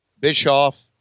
Bischoff